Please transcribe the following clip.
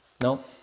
No